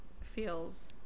feels